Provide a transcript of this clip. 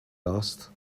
last